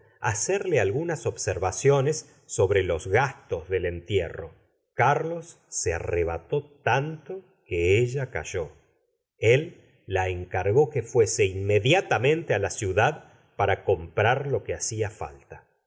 hacerle algunas observaciones sobre los gastos del entierro carlos se arrebató tanto que ella calló él la encargó que fuese inmediatamente á la ciudad para comprar lo que hacía falta